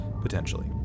potentially